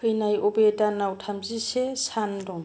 फैनाय अबे दानाव थामजिसे सान दं